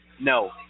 No